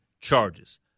charges